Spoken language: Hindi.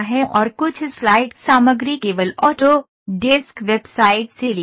और कुछ स्लाइड सामग्री केवल ऑटो डेस्क वेबसाइट से ली गई है